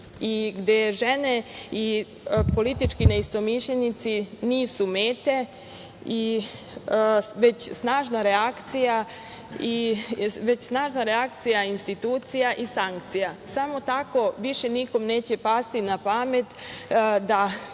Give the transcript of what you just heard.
gde žene i politički neistomišljenici nisu mete već snažna reakcija institucija i sankcija. Samo tako više nikome neće pasti na pamet da